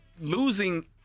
losing